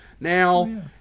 Now